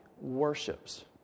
worships